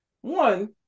one